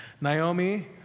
Naomi